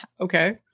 Okay